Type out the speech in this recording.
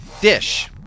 Dish